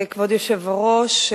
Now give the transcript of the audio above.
כבוד היושב-ראש,